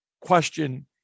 question